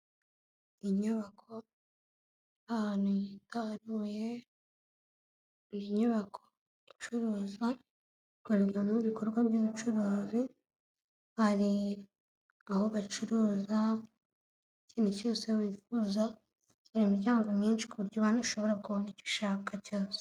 Inyubako iri ahantu hitaruye, inyubako icuruza, ikorerwamo ibikorwa by'ubucuruzi, hari aho bacuruza, ikintu cyose wifuza, hari imiryango myinshi kuburyo ushobora kubona icyo ushaka cyose.